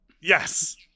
yes